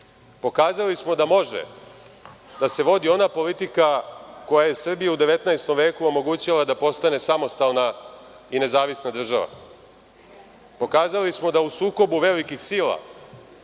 Pokazali smo da može da se vodi ona politika koja je Srbiji u 19. veku omogućila da bude samostalna i nezavisna država. Pokazali smo da u sukobu velikih sila